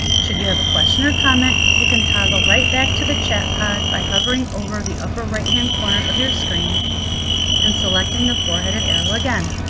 should you have a question or comment, you can toggle right back to the chat pod by hovering over the upper right hand corner of your screen and selecting the four-headed arrow again,